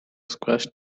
squashed